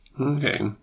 Okay